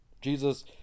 Jesus